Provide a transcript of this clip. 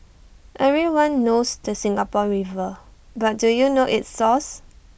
everyone knows the Singapore river but do you know its source